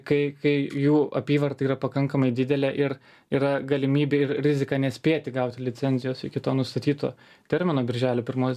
kai kai jų apyvarta yra pakankamai didelė ir yra galimybė ir rizika nespėti gauti licenzijos iki to nustatyto termino birželio pirmos